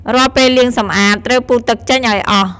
រាល់ពេលលាងសម្អាត ត្រូវពូតទឹកចេញឱ្យអស់។